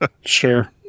Sure